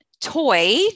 toy